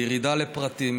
בירידה לפרטים,